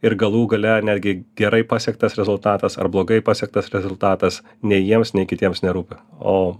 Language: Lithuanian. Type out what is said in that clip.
ir galų gale netgi gerai pasiektas rezultatas ar blogai pasiektas rezultatas nei jiems nei kitiems nerūpi o